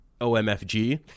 OMFG